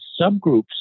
subgroups